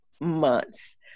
months